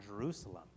Jerusalem